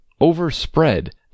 overspread